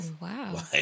wow